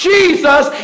Jesus